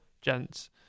gents